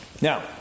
Now